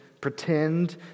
pretend